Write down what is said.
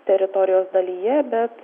teritorijos dalyje bet